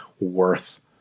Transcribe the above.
worth